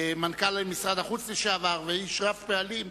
מנכ"ל משרד החוץ לשעבר ואיש רב-פעלים,